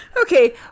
Okay